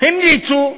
הם נאלצו,